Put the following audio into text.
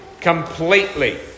completely